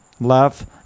love